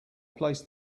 placed